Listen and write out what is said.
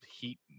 Heat